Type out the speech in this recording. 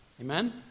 Amen